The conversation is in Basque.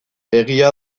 egia